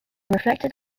reflected